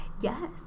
Yes